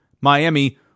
Miami